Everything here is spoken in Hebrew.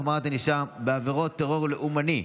החמרת ענישה בעבירות טרור לאומני),